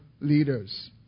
leaders